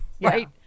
right